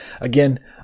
Again